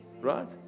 right